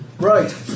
right